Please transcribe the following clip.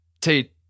Tate